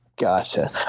gotcha